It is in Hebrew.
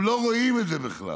הם לא רואים את זה בכלל.